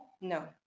No